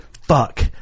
Fuck